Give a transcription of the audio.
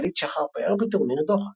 הישראלית שחר פאר בטורניר דוחה.